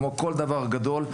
כמו כל דבר גדול.